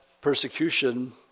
persecution